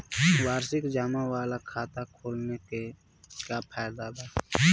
वार्षिकी जमा वाला खाता खोलवावे के का फायदा बा?